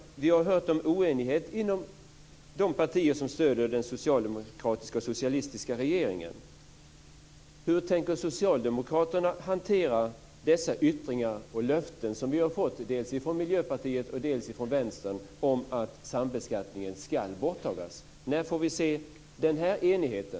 Vi har hört om oenighet inom de partier som stöder den socialdemokratiska och socialistiska regeringen. Hur tänker Socialdemokraterna hantera de yttringar och löften som vi har fått från Miljöpartiet och från Vänsterpartiet om att sambeskattningen ska tas bort? När får vi se den enigheten?